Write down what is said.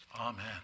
Amen